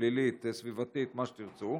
פלילית, סביבתית, מה שתרצו.